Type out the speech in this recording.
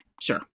Sure